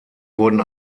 wurden